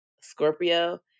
Scorpio